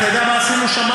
אתה יודע מה עשינו שם,